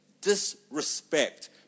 Disrespect